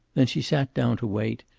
then she sat down to wait,